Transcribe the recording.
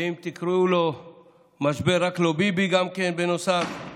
ואם תקראו לו משבר "רק לא ביבי" גם כן, בנוסף.